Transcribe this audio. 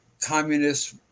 communist